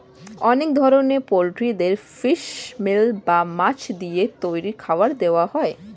অনেক ধরনের পোল্ট্রিদের ফিশ মিল বা মাছ দিয়ে তৈরি খাবার দেওয়া হয়